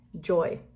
joy